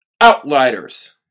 outliers